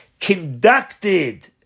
conducted